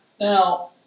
Now